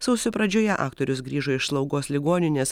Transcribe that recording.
sausio pradžioje aktorius grįžo iš slaugos ligoninės